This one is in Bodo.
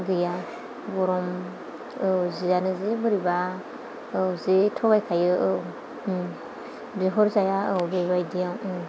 गैया गरम औ जियानो जि बोरैबा औ जि थगायखायो औ बिहरजाया औ बेबायदियाव